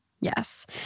Yes